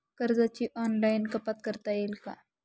कर्जाची ऑनलाईन कपात करता येईल का?